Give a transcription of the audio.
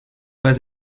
pas